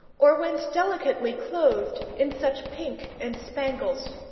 or went delicately clothed in such pink and spangles?